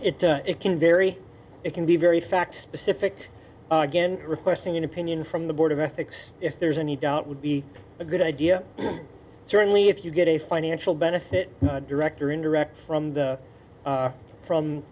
does it can vary it can be very fact specific again requesting an opinion from the board of ethics if there's any doubt would be a good idea certainly if you get a financial benefit direct or indirect from the from